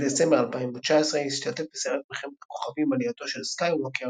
בדצמבר 2019 השתתף בסרט מלחמת הכוכבים - עלייתו של סקייווקר